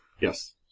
Yes